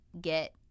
get